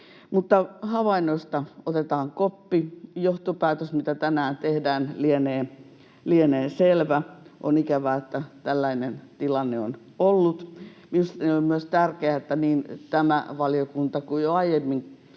Mutta havainnoista otetaan koppi. Johtopäätös, mitä tänään tehdään, lienee selvä. On ikävää, että tällainen tilanne on ollut. Minusta on tärkeää myös, että niin tämä valiokunta kuin jo aiemmalla